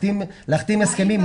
להחתים הסכמים,